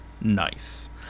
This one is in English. Nice